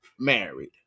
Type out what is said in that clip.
married